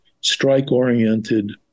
strike-oriented